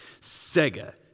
Sega